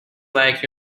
like